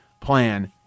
plan